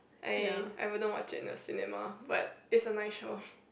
I I wouldn't watch it in the cinema but is a nice show